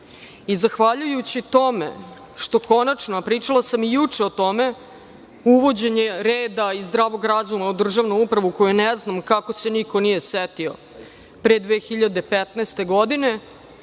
i zahvaljujući tome što konačno, a pričala sam i juče o tome, uvođenje reda i zdravog razuma u državnu upravu, koje ne znam kako se niko nije setio pre 2015. godine,